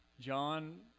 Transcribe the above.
John